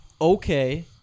okay